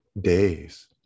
days